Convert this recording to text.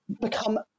become